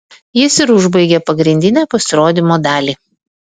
jis ir užbaigė pagrindinę pasirodymo dalį